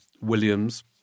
Williams